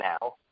now